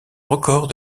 record